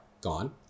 gone